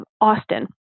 Austin